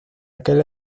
aquel